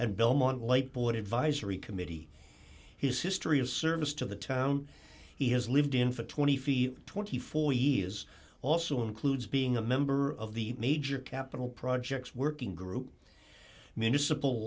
and belmont light board advisory committee his history of service to the town he has lived in for twenty feet twenty four years also includes being a member of the major capital projects working group